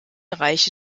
reiche